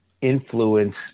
influence